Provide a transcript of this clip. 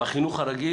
בחינוך הרגיל